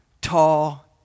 Tall